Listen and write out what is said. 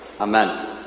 Amen